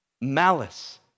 Malice